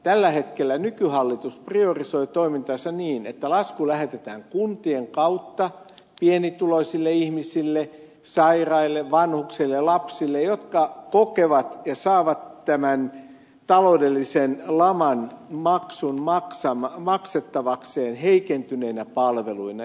tällä hetkellä nykyhallitus priorisoi toimintaansa niin että lasku lähetetään kuntien kautta pienituloisille ihmisille sairaille vanhuksille ja lapsille jotka kokevat tämän taloudellisen laman ja saavat sen maksun maksettavakseen heikentyneinä palveluina